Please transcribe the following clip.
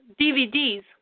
DVDs